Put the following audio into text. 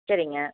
சரிங்க